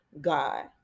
God